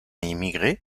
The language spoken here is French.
émigré